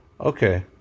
Okay